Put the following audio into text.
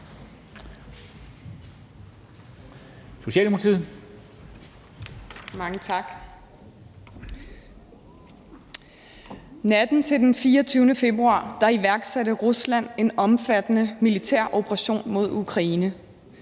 Natten til den 24. februar iværksatte Rusland en omfattende militær operation mod Ukraine.